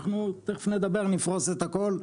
אנחנו תכף נדבר ונפרוס את הכל.